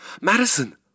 Madison